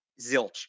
zilch